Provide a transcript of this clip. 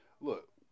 look